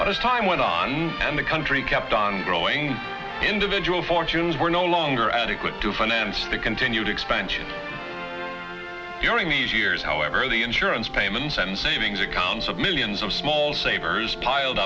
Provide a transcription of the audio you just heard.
but as time went on and the country kept on growing individual fortunes were no longer adequate to finance the continued expansion during these years however the insurance payments and savings accounts of millions of small savers piled